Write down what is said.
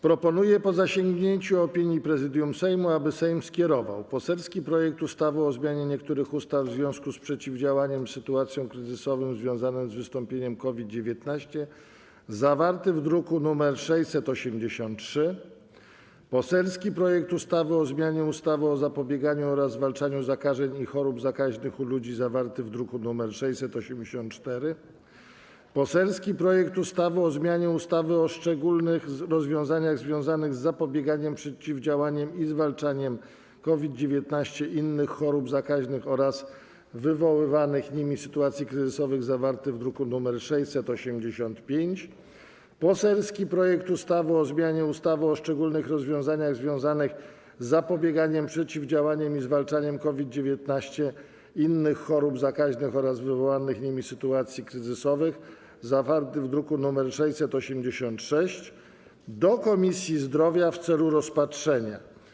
Proponuję, po zasięgnięciu opinii Prezydium Sejmu, aby Sejm skierował: - poselski projekt ustawy o zmianie niektórych ustaw w związku z przeciwdziałaniem sytuacjom kryzysowym związanym z wystąpieniem COVID-19, zawarty w druku nr 683, - poselski projekt ustawy o zmianie ustawy o zapobieganiu oraz zwalczaniu zakażeń i chorób zakaźnych u ludzi, zawarty w druku nr 684, - poselski projekt ustawy o zmianie ustawy o szczególnych rozwiązaniach związanych z zapobieganiem, przeciwdziałaniem i zwalczaniem COVID-19, innych chorób zakaźnych oraz wywołanych nimi sytuacji kryzysowych, zawarty w druku nr 685, - poselski projekt ustawy o zmianie ustawy o szczególnych rozwiązaniach związanych z zapobieganiem, przeciwdziałaniem i zwalczaniem COVID-19, innych chorób zakaźnych oraz wywołanych nimi sytuacji kryzysowych, zawarty w druku nr 686, do Komisji Zdrowia w celu rozpatrzenia.